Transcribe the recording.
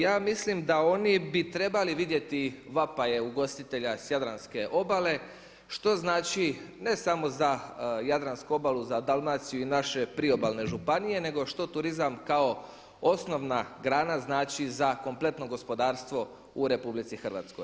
Ja mislim da oni bi trebali vidjeti vapaje ugostitelja sa jadranske obale što znači ne smo za jadransku obalu, za Dalmaciju i naše priobalne županije nego što turizam kao osnovna grana znači za kompletno gospodarstvo u RH.